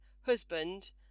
husband